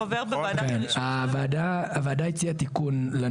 כן הוועדה הציעה תיקון,